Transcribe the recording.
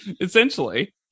Essentially